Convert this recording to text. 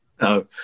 no